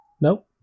Nope